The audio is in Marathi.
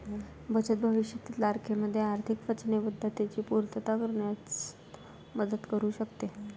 बचत भविष्यातील तारखेमध्ये आर्थिक वचनबद्धतेची पूर्तता करण्यात मदत करू शकते